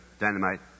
Dynamite